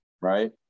right